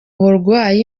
burwayi